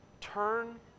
turn